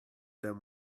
them